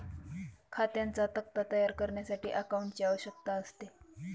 खात्यांचा तक्ता तयार करण्यासाठी अकाउंटंटची आवश्यकता असते